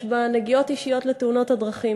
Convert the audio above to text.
יש בה נגיעות אישיות לנושא תאונות הדרכים.